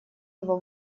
его